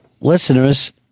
listeners